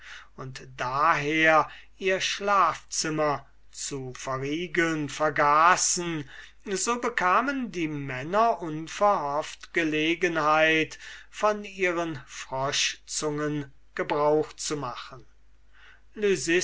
und daher ihr schlafzimmer zu verriegeln vergaßen so bekamen die männer unverhofft gelegenheit von ihren froschzungen gebrauch zu machen